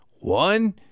One